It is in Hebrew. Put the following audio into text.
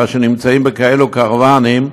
שנמצאים בקרוונים כאלה.